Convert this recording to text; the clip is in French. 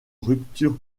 rupture